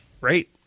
right